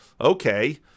Okay